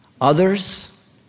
others